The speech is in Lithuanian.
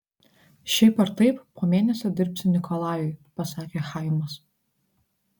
šiaip ar taip po mėnesio dirbsi nikolajui pasakė chaimas